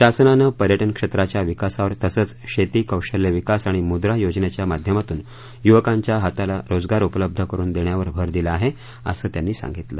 शासनानं पर्यटन क्षेत्राच्या विकासावर तसंच शेती कौशल्य विकास आणि मुद्रा योजनेच्या माध्यमातून युवकांच्या हाताला रोजगार उपलब्ध करून देण्यावर भर दिला आहे असं त्यांनी सांगितलं